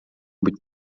быть